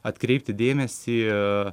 atkreipti dėmesį